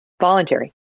Voluntary